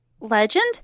Legend